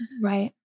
Right